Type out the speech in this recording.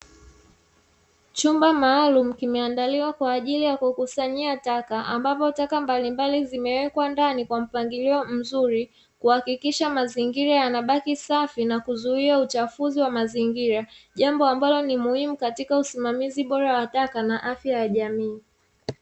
Chumba maalumu kimeandaliwa kwa ajili ya kukusanyia taka, ambapo taka mbalimbali zimewekwa ndani kwa mpangilio mzuri kuhakikisha mazingira yanabaki safi na kuzuia uchafuzi wa mazingira, jambo ambalo ni muhimu katika usimamizi bora wa taka na afya ya jamii.